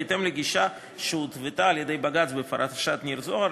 בהתאם לגישה שהותוותה על-ידי בג"ץ בפרשת ניר זוהר,